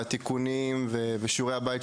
התיקונים ושיעורי הבית.